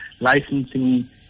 licensing